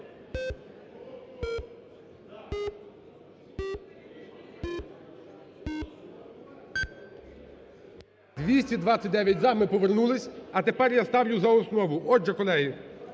За-229 Ми повернулися. А тепер я ставлю за основу. Отже, колеги,